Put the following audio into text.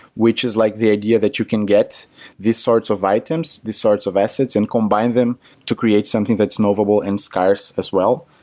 which is like the idea that you can get these sorts of items, these sorts of assets and combine them to create something that's notable and scars as well.